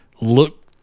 look